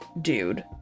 dude